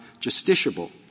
justiciable